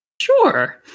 Sure